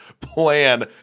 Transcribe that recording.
plan